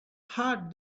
heart